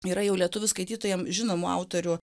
yra jau lietuvių skaitytojam žinomų autorių